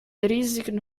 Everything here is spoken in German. riesigen